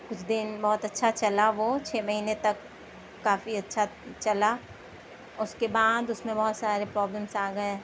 کچھ دن بہت اچھا چلا وہ چھ مہینے تک کافی اچھا چلا اس کے بعد اس میں بہت سارے پرابلمس آ گئے